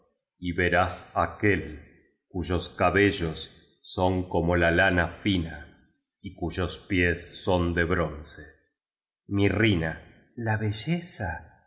y verás aquel cuyos cabellos son como la una finar y cuyos pies son de bronce mirrina la belleza